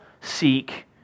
seek